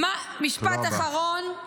משפט אחרון.